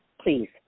please